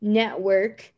network